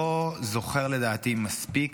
לא זוכר לדעתי מספיק,